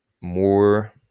more